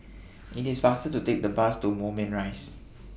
IT IS faster to Take The Bus to Moulmein Rise